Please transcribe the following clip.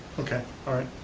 okay, all right.